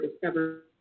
discover